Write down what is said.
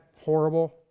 horrible